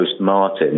Martin